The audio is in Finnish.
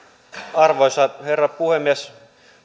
arvoisa herra puhemies